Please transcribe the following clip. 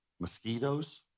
mosquitoes